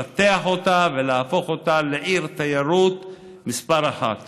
לפתח אותה ולהפוך אותה לעיר תיירות מספר אחת.